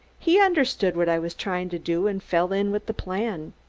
he understood what i was trying to do, and fell in with the plan.